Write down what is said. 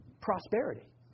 prosperity